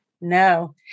No